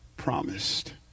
promised